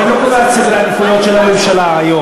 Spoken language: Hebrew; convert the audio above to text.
אבל אני לא קובע את סדרי העדיפויות של הממשלה היום,